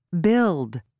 Build